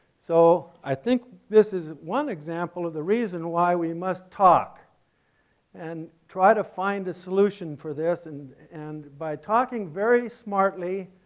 so i think this is one example of the reason why we must talk and try to find a solution for this and and by talking very smartly,